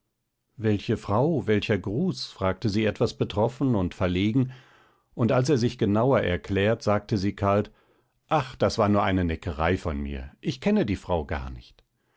welche frau welcher gruß fragte sie etwas betroffen und verlegen und als er sich genauer erklärt sagte sie kalt ach das war nur eine neckerei von mir ich kenne die frau gar nicht